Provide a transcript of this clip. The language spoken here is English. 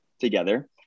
together